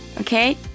okay